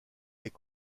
est